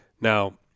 Now